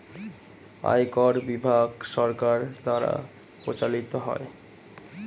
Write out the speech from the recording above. আয়কর বিভাগ সরকার দ্বারা পরিচালিত হয়